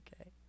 okay